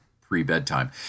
pre-bedtime